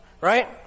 right